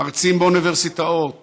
מרצים באוניברסיטאות